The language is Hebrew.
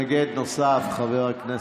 מתנגד נוסף, חבר הכנסת,